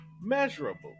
measurable